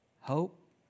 hope